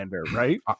right